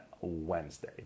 Wednesday